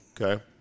Okay